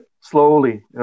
slowly